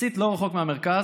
יחסית לא רחוק מהמרכז,